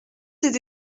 ces